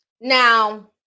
now